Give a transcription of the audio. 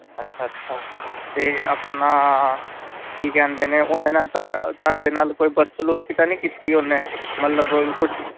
ਅੱਛਾ ਅੱਛਾ ਅਤੇ ਆਪਣਾ ਕੀ ਕਹਿੰਦੇ ਨੇ ਉਹਨਾਂ ਨੇ ਤਾਂ ਤੁਹਾਡੇ ਨਾਲ ਕੋਈ ਬਦਸਲੂਕੀ ਤਾਂ ਨਹੀਂ ਕੀਤੀ ਉਹਨੇ ਮਤਲਬ ਕੁਛ